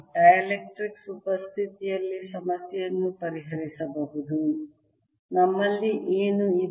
dielectrics ಉಪಸ್ಥಿತಿಯಲ್ಲಿ ಸಮಸ್ಯೆಯನ್ನು ಪರಿಹರಿಸುವುದು ನಮ್ಮಲ್ಲಿ ಏನು ಇದೆ